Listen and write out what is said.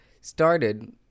started